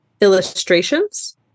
illustrations